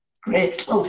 Great